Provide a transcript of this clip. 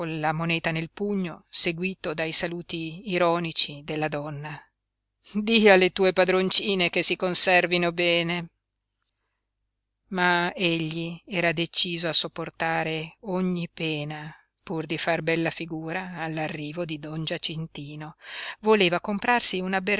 la moneta nel pugno seguito dai saluti ironici della donna di alle tue padroncine che si conservino bene ma egli era deciso a sopportare ogni pena pur di far bella figura all'arrivo di don giacintino voleva comprarsi una